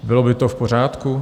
Bylo by to v pořádku?